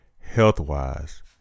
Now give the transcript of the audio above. health-wise